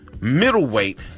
Middleweight